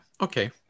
Okay